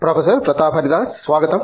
professor Pratap Haridas స్వాగతం